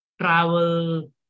travel